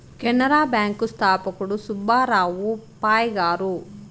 Canara bank స్థాపకుడు సుబ్బారావు పాయ్ గారు